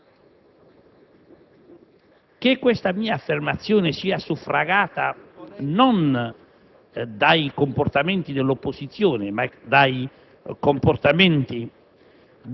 Che questa mia affermazione sia suffragata non dai comportamenti dell'opposizione ma dai comportamenti